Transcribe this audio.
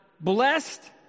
blessed